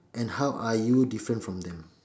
and how are you different from them